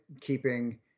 keeping